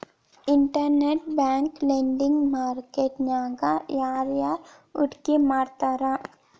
Internet bank lending market ನ್ಯಾಗ ಯಾರ್ಯಾರ್ ಹೂಡ್ಕಿ ಮಾಡ್ತಾರ?